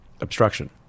obstruction